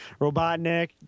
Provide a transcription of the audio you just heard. Robotnik